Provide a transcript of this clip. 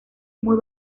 muy